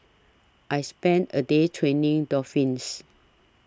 I spent a day training dolphins